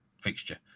fixture